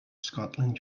scotland